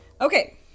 Okay